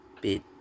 bit